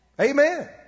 Amen